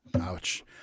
Ouch